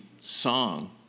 song